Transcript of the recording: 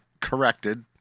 corrected